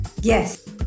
yes